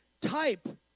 type